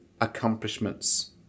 accomplishments